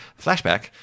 Flashback